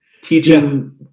teaching